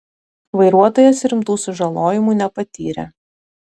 vairuotojas rimtų sužalojimų nepatyrė